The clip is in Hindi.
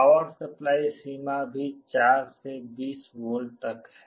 पावर सप्लाई सीमा भी 4 से 20 वोल्ट तक है